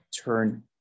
turn